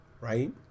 Right